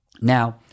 Now